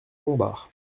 montbard